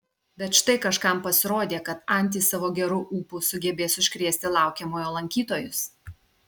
bet štai kažkam pasirodė kad antys savo geru ūpu sugebės užkrėsti laukiamojo lankytojus